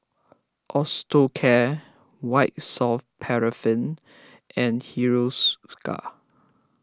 Osteocare White Soft Paraffin and Hiruscar